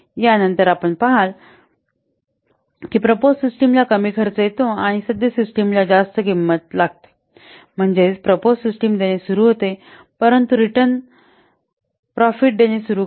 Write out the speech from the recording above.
यानंतर आपण पहाल की प्रपोज सिस्टमला कमी खर्च येतो आणि सद्य सिस्टमला जास्त किंमत लागते म्हणजे प्रपोज सिस्टम देणे सुरू होते परंतु रिटर्न नफा देणे सुरू करतो